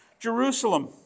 Jerusalem